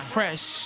Fresh